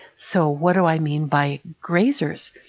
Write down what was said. so what do i mean by grazers?